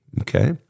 Okay